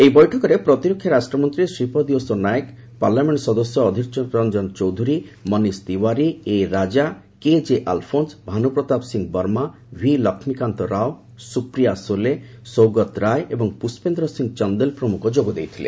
ଏହି ବୈଠକରେ ପ୍ରତିରକ୍ଷା ରାଷ୍ଟ୍ରମନ୍ତ୍ରୀ ଶ୍ରୀପାଦ ୟୋସୋ ନାୟକ ପାର୍ଲାମେଣ୍ଟ ସଦସ୍ୟ Adhir Ranjan Chowdhury Manish Tewari A Raja KJ Alphons Bhanupratap Singh Verma V Lakshmikant Rao Supriya Sule Saugata Roy ଏବଂ ପୁଷ୍ପେନ୍ଦ୍ର ସିଂହ ଚନ୍ଦେଲ ପ୍ରମୁଖ ଯୋଗ ଦେଇଥିଲେ